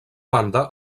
banda